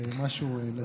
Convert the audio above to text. משהו.